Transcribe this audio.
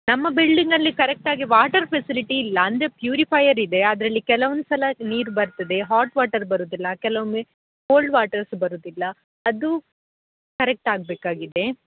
ನಮ್ಮ ಬಿಲ್ಡಿಂಗಲ್ಲಿ ಕರೆಕ್ಟಾಗಿ ವಾಟರ್ ಫೆಸಿಲಿಟಿ ಇಲ್ಲ ಅಂದರೆ ಪ್ಯೂರಿಫೈಯರ್ ಇದೆ ಅದರಲ್ಲಿ ಕೆಲವೊಂದು ಸಲ ನೀರು ಬರ್ತದೆ ಹಾಟ್ ವಾಟರ್ ಬರೋದಿಲ್ಲ ಕೆಲವೊಮ್ಮೆ ಕೋಲ್ಡ್ ವಾಟರ್ ಸಹ ಬರೋದಿಲ್ಲ ಅದು ಕರೆಕ್ಟ್ ಆಗಬೇಕಾಗಿದೆ